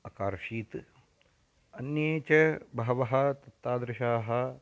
अकार्षीत् अन्ये च बहवः तत् तादृशाः